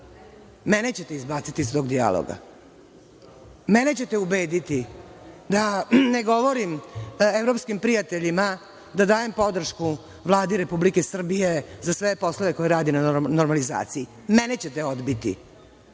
mene ćete izbaciti iz tog dijaloga. Mene ćete ubediti da ne govorim evropskim prijateljima da dajem podršku Vladi Republike Srbije za sve poslove koje radi na normalizaciji. Mene ćete odbiti